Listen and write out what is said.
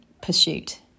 pursuit